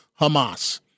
Hamas